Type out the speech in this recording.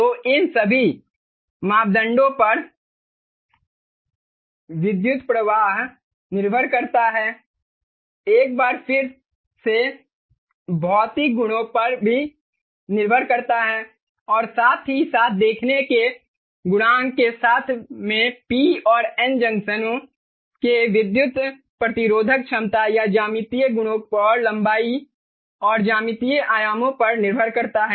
तो इन सभी मापदंडों पर विद्युत प्रवाह निर्भर करता है यह एक बार फिर से भौतिक गुणों पर निर्भर करता है और साथ ही साथ देखने के गुणांक के संदर्भ में पी और एन जंक्शनों के विद्युत प्रतिरोधक क्षमता यह ज्यामितीय गुणों और लंबाई और ज्यामितीय आयामों पर निर्भर करता है